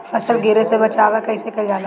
फसल गिरे से बचावा कैईसे कईल जाई?